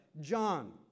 John